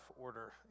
order